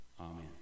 amen